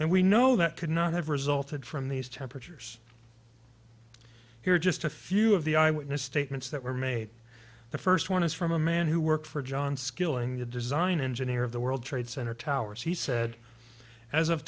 and we know that could not have resulted from these temperatures here just a few of the eyewitness statements that were made the first one is from a man who worked for john skilling the design engineer of the world trade center towers he said as of